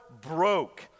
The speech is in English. broke